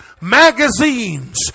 magazines